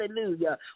Hallelujah